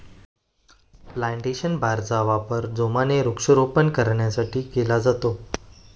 plantation बारचा वापर जोमाने वृक्षारोपण करण्यासाठी केला जातो